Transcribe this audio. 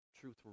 Truth